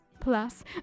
Plus